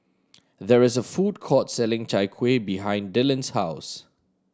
there is a food court selling Chai Kueh behind Dyllan's house